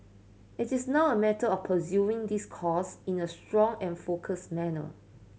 it is now a matter of pursuing this course in a strong and focused manner